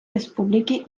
республіки